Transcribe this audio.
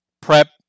prep